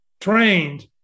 trained